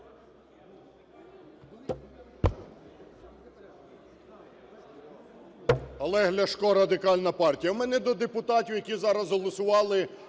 Олег Ляшко, Радикальна партія.